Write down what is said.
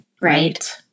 Right